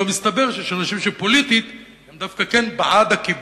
ופתאום מסתבר שיש אנשים שפוליטית דווקא כן בעד הכיבוש.